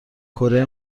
کره